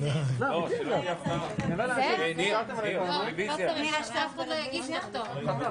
הישיבה ננעלה בשעה 14:11.